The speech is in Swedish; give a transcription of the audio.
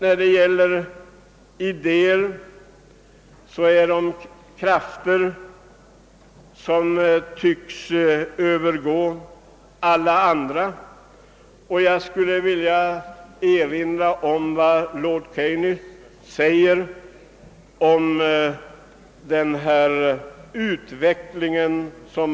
När det gäller idéer rör det sig om krafter som tycks vara starkare än alla andra. Jag skulle vilja erinra om vad lord Keynes säger om den väntade utvecklingen.